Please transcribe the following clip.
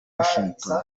washington